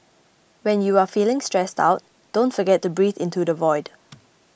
when you are feeling stressed out don't forget to breathe into the void